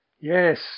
Yes